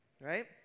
Right